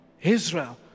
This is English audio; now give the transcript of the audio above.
Israel